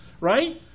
Right